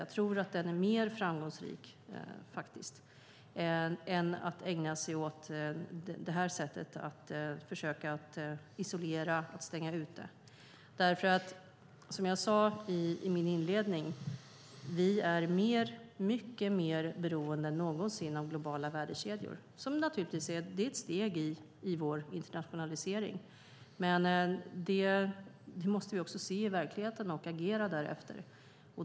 Jag tror att den är mer framgångsrik än att ägna sig åt att försöka isolera och stänga ute. Som jag sade i min inledning är vi mer än någonsin beroende av globala värdekedjor. Det är ett steg i vår internationalisering, vilket vi måste inse och agera därefter.